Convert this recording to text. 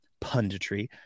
punditry